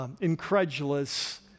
incredulous